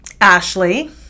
Ashley